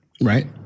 right